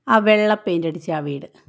ആ വെള്ള പെയിന്റടിച്ച ആ വീട്